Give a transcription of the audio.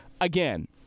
again